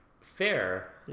Fair